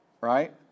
right